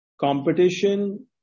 competition